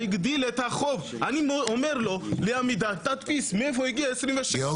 אני אומר לעמידר תדפיס מאיפה הגיע 27?